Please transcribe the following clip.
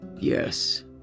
Yes